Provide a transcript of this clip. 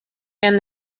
and